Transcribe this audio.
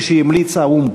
כפי שהמליץ האו"ם.